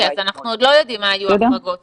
אנחנו עוד לא יודעים מה יהיו ההחרגות.